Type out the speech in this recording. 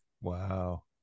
wow